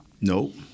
Nope